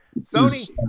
Sony